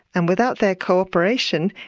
and without their co-operation,